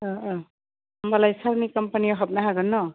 होमब्लालाय सारनि कम्पानियाव हाबनो हागोन न'